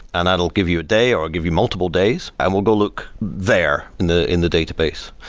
and that will give you a day or give you multiple days and we'll go look there in the in the database.